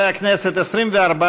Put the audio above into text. (מס' 125), התשע"ט 2018, נתקבל.